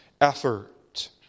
effort